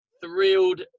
thrilled